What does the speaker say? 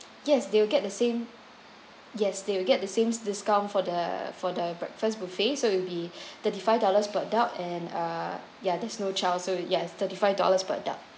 yes they will get the same yes they will get the same discount for the for the breakfast buffet so it'll be thirty-five dollars per adult and uh ya there's no child so yes thirty-five dollars per adult